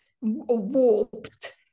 warped